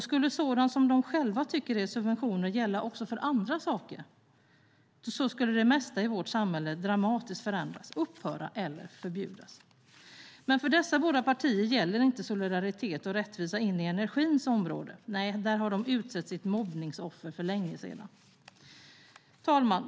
Skulle sådant som de själva tycker är subventioner gälla också för andra saker skulle det mesta i vårt samhälle dramatiskt förändras, upphöra eller förbjudas. För dessa båda partier gäller inte solidaritet och rättvisa in i energins område. Nej, där har de utsett sitt mobbningsoffer för länge sedan. Fru talman!